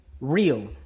real